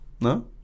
No